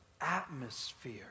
atmosphere